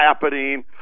happening